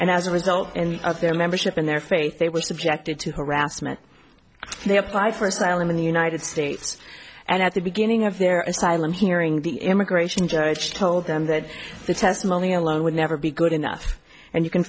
and as a result of their membership in their faith they were subjected to harassment they apply for asylum in the united states and at the beginning of their asylum hearing the immigration judge told them that the testimony alone would never be good enough and you can